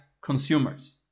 consumers